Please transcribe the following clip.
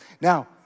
Now